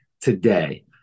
Today